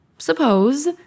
Suppose